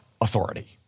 authority